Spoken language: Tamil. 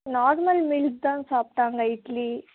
நார்மல் மில்க் தான் சாப்பிட்டாங்க இட்லி